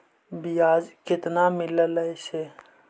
बियाज केतना मिललय से?